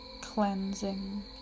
cleansing